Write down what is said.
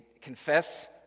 confess